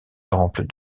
temple